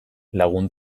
lagun